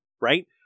right